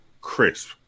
crisp